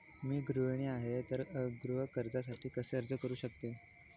मी गृहिणी आहे तर गृह कर्जासाठी कसे अर्ज करू शकते?